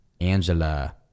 Angela